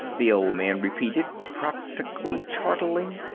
the old man repeated, practically chortling.